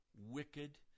wicked